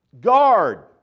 guard